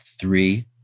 three